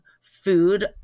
food